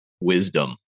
wisdom